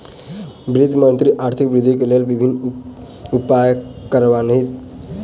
वित्त मंत्री आर्थिक वृद्धि के लेल विभिन्न उपाय कार्यान्वित कयलैन